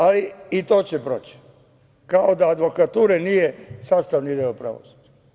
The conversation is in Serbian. Ali i to će proći, kao da advokatura nije sastavni deo pravosuđa.